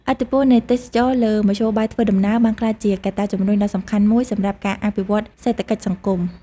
ឥទ្ធិពលនៃទេសចរណ៍លើមធ្យោបាយធ្វើដំណើរបានក្លាយជាកត្តាជំរុញដ៏សំខាន់មួយសម្រាប់ការអភិវឌ្ឍសេដ្ឋកិច្ចសង្គម។